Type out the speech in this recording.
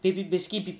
ba~ ba~ basically pe~